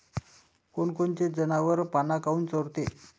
कोनकोनचे जनावरं पाना काऊन चोरते?